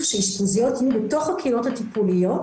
שאשפוזיות יהיו בתוך הקהילות הטיפוליות